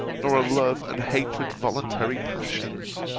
nor are love and hatred voluntary passions.